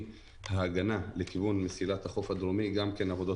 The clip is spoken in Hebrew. ומההגנה לכיוון מסילת החוף הדרומי גם כן עבודות